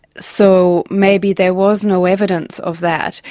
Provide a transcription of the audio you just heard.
so maybe there was no evidence of that.